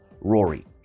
Rory